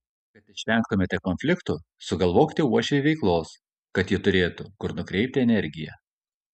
kad išvengtumėte konfliktų sugalvokite uošvei veiklos kad ji turėtų kur nukreipti energiją